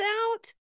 out